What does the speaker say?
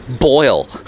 boil